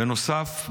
בנוסף,